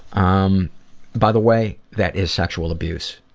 um by the way, that is sexual abuse.